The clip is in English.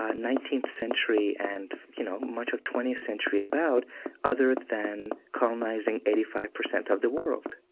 ah nineteenth century and, you know, much of twentieth century about other than colonizing eighty five percent of the world